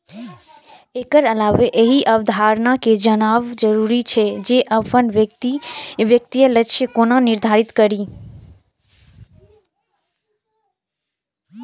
एकर अलावे एहि अवधारणा कें जानब जरूरी छै, जे अपन वित्तीय लक्ष्य कोना निर्धारित करी